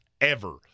ever-